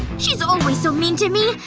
she's always so mean to me.